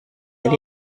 and